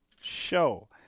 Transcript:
show